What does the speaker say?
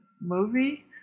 movie